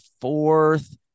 fourth